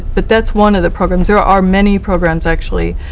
but that's one of the programs. there are many programs, actually,